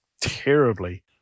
terribly